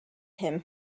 him